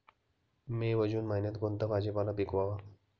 मे व जून महिन्यात कोणता भाजीपाला पिकवावा?